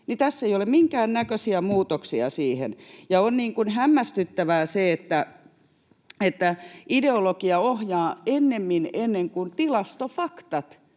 Tässä ei ole minkäännäköisiä muutoksia siihen. Ja on hämmästyttävää se, että ideologia ohjaa ennemmin kuin tilastofaktat.